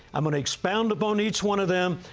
i'm going to expound upon each one of them,